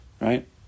right